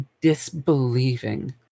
disbelieving